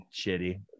shitty